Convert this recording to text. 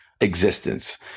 existence